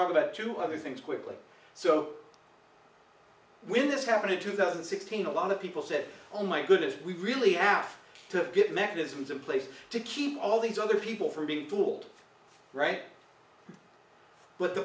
talk about two other things quickly so when this happened in two thousand and sixteen a lot of people said oh my goodness we really have to get mechanisms in place to keep all these other people from being pulled right but the